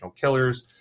killers